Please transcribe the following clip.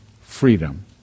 freedom